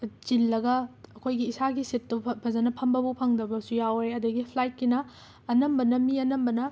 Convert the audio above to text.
ꯆꯤꯜꯂꯒ ꯑꯩꯈꯣꯏꯒꯤ ꯏꯁꯥꯒꯤ ꯁꯤꯠꯇꯨ ꯐ ꯐꯖꯅ ꯐꯝꯕꯐꯥꯎ ꯐꯪꯗꯕꯁꯨ ꯌꯥꯎꯔꯦ ꯑꯗꯒꯤ ꯐ꯭ꯂꯥꯏꯠꯀꯤꯅ ꯑꯅꯝꯕꯅ ꯃꯤ ꯑꯅꯝꯕꯅ